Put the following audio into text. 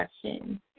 question